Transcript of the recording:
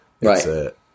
right